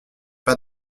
pas